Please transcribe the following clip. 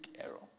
error